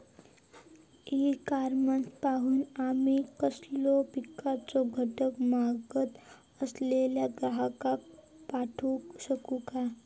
E commerce पासून आमी कसलोय पिकाचो घटक मागत असलेल्या ग्राहकाक पाठउक शकतू काय?